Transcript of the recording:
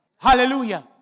Hallelujah